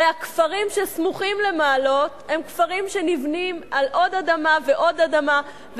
הרי הכפרים שסמוכים למעלות הם כפרים שנבנים על עוד אדמה ועוד אדמה,